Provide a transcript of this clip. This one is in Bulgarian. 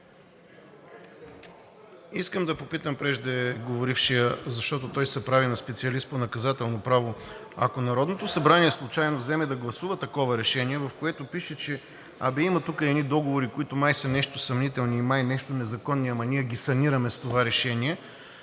Искам да попитам преждеговорившия, защото той се прави на специалист по наказателно право. Ако Народното събрание случайно вземе да гласува такова решение, в което пише, че тук има едни договори, които май са нещо съмнителни и май нещо незаконни, ама ние ги санираме с това решение,